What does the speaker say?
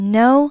no